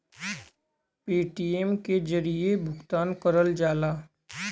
Paytm के जरिये भुगतान करल जाला